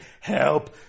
help